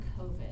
COVID